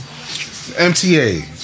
MTA